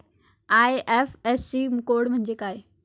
IFSC code म्हणजे काय?